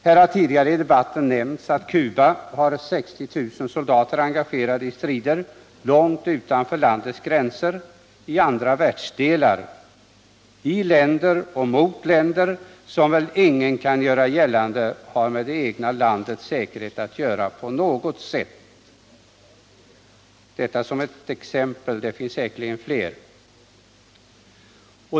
Här har tidigare i debatten nämnts att Cuba har 60 000 soldater engagerade i strider långt utanför landets gränser i andra världsdelar, i länder och mot länder som väl ingen kan göra gällande har att göra med det egna landets säkerhet på något sätt — detta som ett exempel; det finns säkerligen fler.